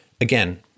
Again